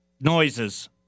Noises